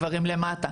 גברים למטה,